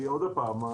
כי עוד פעם,